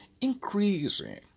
Increasing